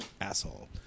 asshole